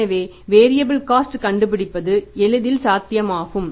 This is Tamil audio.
எனவே வேரீஅபல காஸ்ட் க் கண்டுபிடிப்பது எளிதில் சாத்தியமாகும்